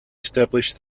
establish